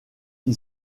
qui